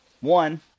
One